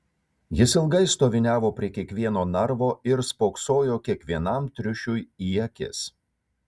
jis ilgai stoviniavo prie kiekvieno narvo ir spoksojo kiekvienam triušiui į akis